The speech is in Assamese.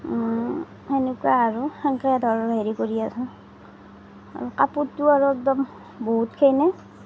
সেনেকুৱা আৰু হেৰি কৰি আৰু কাপোৰটো আৰু একদম বহুত